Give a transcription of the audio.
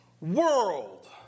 world